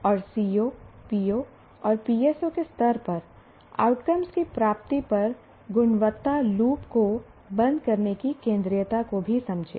और CO PO और PSO के स्तर पर आउटकम की प्राप्ति पर गुणवत्ता लूप को बंद करने की केंद्रीयता को भी समझें